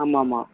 ஆமாம் ஆமாம்